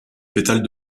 pétales